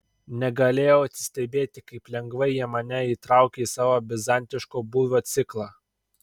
negalėjau atsistebėti kaip lengvai jie mane įtraukė į savo bizantiško būvio ciklą